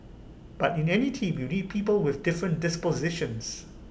but in any team you need people with different dispositions